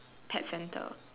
pet center